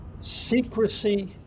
Secrecy